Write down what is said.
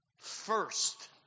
first